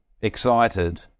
excited